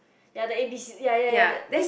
ya the A B C ya ya ya then he